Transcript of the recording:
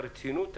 את הרצינות,